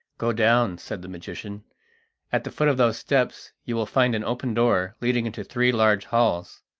go down, said the magician at the foot of those steps you will find an open door leading into three large halls.